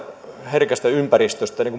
herkästä ympäristöstä niin